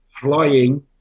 flying